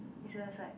is left side